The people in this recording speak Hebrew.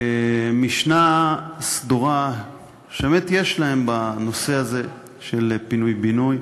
משנה סדורה שבאמת יש להם בנושא הזה של פינוי-בינוי.